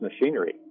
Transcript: machinery